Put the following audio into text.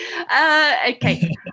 Okay